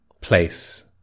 place